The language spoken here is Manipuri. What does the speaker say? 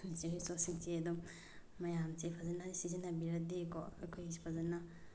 ꯅꯦꯆꯔꯦꯜ ꯔꯤꯁꯣꯔꯁꯁꯤꯡꯁꯤ ꯑꯗꯨꯝ ꯃꯌꯥꯝꯁꯦ ꯐꯖꯅ ꯁꯤꯖꯤꯟꯅꯕꯤꯔꯗꯤꯀꯣ ꯑꯩꯈꯣꯏꯁꯤ ꯐꯖꯅ